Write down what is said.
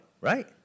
right